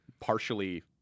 partially